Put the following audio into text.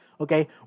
Okay